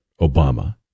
Obama